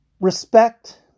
respect